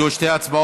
יהיו שתי הצבעות,